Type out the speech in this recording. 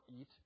eat